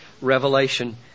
Revelation